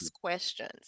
questions